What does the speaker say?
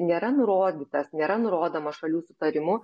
nėra nurodytas nėra nurodoma šalių sutarimu